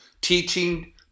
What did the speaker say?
teaching